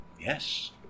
Yes